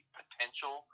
potential